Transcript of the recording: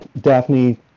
Daphne